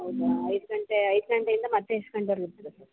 ಹೌದಾ ಐದು ಗಂಟೆ ಐದು ಗಂಟೆಯಿಂದ ಮತ್ತು ಎಷ್ಟು ಗಂಟೆವರೆಗೂ ಇರ್ತೀರಾ ಸರ್